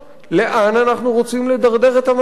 לאן אנחנו רוצים לדרדר את המצב?